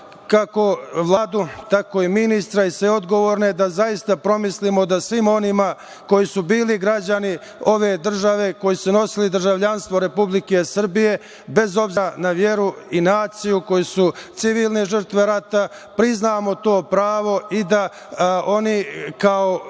kako Vladu, tako i ministra i sve odgovorne da zaista promislimo da svim onima koji su bili građani ove države, koji su nosili državljanstvo Republike Srbije, bez obzira na veru i naciju, koji su civilne žrtve rata, priznamo to pravo i da oni,